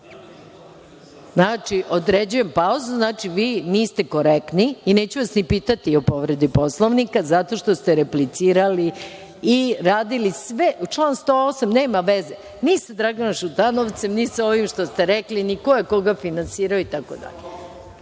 112.Znači, određujem pauzu. Vi niste korektni i neću vas ni pitati o povredi Poslovnika zato što ste replicirali i radili sve…Član 108. nema veze ni sa Draganom Šutanovcem, ni sa ovim što ste rekli, ni ko je koga finansirao. Sada je